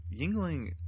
Yingling